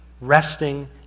resting